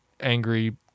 angry